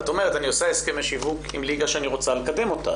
כשאת אומרת אני עושה הסכמי שיווק עם ליגה שאני רוצה לקדם אותה.